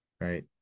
right